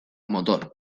motor